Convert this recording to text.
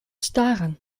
staren